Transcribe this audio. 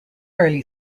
early